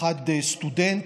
אחד סטודנט,